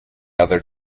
other